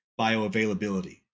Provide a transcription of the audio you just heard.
bioavailability